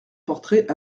portrait